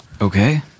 Okay